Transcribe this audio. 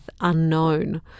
unknown